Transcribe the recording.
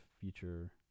future